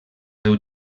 seu